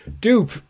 dupe